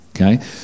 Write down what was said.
Okay